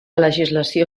legislació